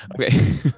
Okay